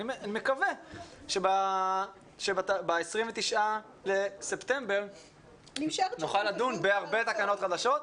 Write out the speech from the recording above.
אני מקווה שב-29 בספטמבר נוכל לדון בהרבה תקנות חדשות.